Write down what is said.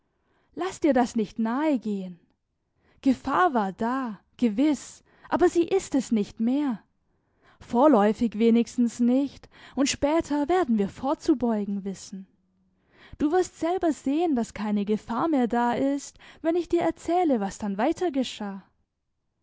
laß dir das nicht nahe gehen gefahr war da gewiß aber sie ist es nicht mehr vorläufig wenigstens nicht und später werden wir vorzubeugen wissen du wirst selber sehen daß keine gefahr mehr da ist wenn ich dir erzähle was dann weiter geschah